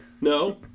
No